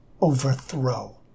overthrow